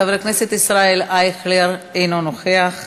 חבר הכנסת ישראל אייכלר, אינו נוכח.